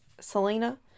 Selena